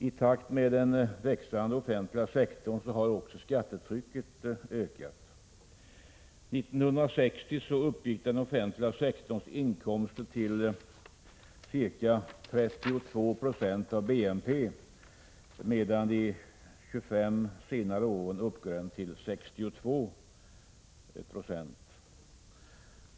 I takt med den växande offentliga sektorn har också skattetrycket ökat. År 1960 uppgick den offentliga sektorns inkomster till ca 32 76 av BNP, medan de 25 år senare uppgår till ca 62 96.